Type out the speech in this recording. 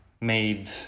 made